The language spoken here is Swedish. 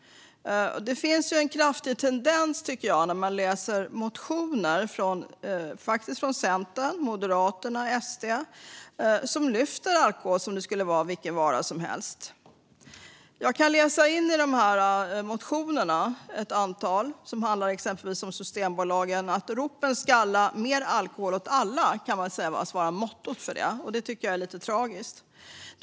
Men det finns en kraftig tendens i motioner från Centern, Moderaterna och SD att lyfta fram alkohol som vilken vara som helst. Jag kan läsa in ett motto i dessa motioner: Ropen skalla, mer alkohol åt alla! Det tycker jag är lite tragiskt.